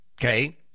Okay